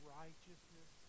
righteousness